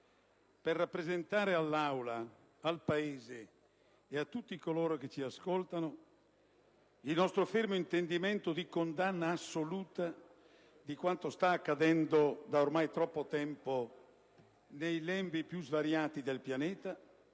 per rappresentare all'Aula, al Paese e a tutti coloro che ci ascoltano il nostro fermo intendimento di condanna assoluta di quanto sta accadendo, da ormai troppo tempo, nei lembi più svariati del pianeta,